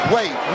Wait